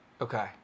okay